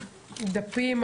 מאוזנת.